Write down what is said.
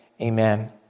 Amen